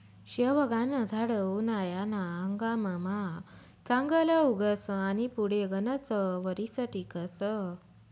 शेवगानं झाड उनायाना हंगाममा चांगलं उगस आनी पुढे गनच वरीस टिकस